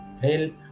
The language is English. help